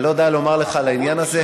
אני לא יודע לומר לך על העניין הזה.